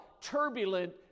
turbulent